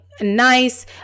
nice